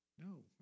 No